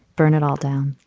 burn it all down.